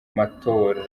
matora